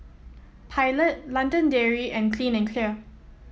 Pilot London Dairy and Clean and Clear